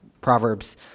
Proverbs